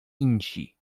insi